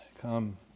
come